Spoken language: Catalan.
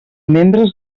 membres